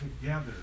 together